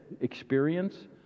experience